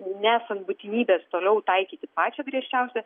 nesant būtinybės toliau taikyti pačią griežčiausią